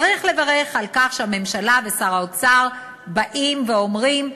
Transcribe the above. צריך לברך על כך שהממשלה ושר האוצר באים ואומרים: